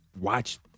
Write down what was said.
watch